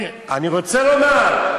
אני רוצה לומר,